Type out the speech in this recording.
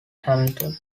hamilton